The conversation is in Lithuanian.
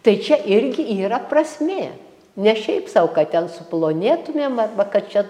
tai čia irgi yra prasmė ne šiaip sau kad ten suplonėtumėm arba kad čia